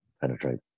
penetrate